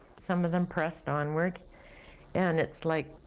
some of them pressed onward and it's like,